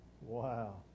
Wow